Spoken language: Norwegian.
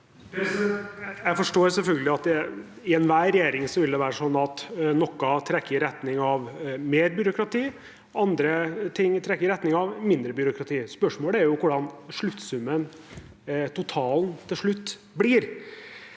Jeg forstår selv- følgelig at det i enhver regjering vil være sånn at noe trekker i retning av mer byråkrati, og andre ting trekker i retning av mindre byråkrati. Spørsmålet er jo hvordan totalen blir til slutt.